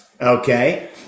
okay